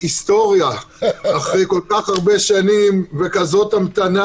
היסטוריה אחרי כל כך הרבה שנים וכזאת המתנה.